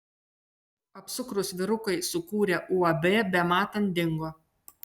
apsukrūs vyrukai sukūrę uab bematant dingo